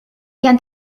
can